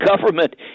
government